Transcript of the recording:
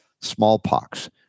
smallpox